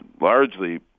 largely